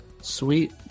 Sweet